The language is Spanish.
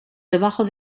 debajo